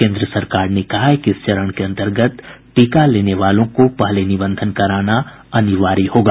केन्द्र सरकार ने कहा है कि इस चरण के अन्तर्गत टीका लेने वालों को पहले निबंधन कराना अनिवार्य होगा